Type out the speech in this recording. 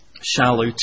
shallow